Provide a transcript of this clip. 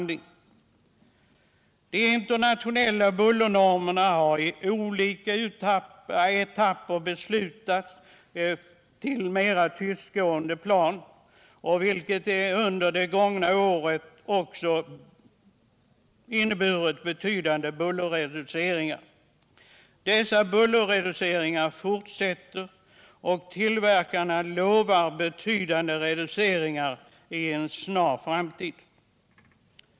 De internationella bullernormerna har i olika etapper anpassats till krav på mera tystgående plan, vilket under de senaste åren inneburit betydande bullerreduceringar. Arbetet med detta fortsätter och tillverkarna lovar betydande reduceringar i en snar framtid.